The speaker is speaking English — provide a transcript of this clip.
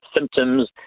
symptoms